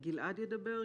גלעד ידבר.